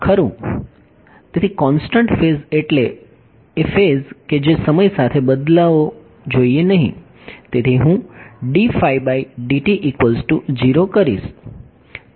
ખરું તેથી constant phase એટલે ફેઝ કે જે સમય સાથે બદલવો જોઈએ નહીં તેથી હું કરીશ